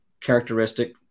characteristic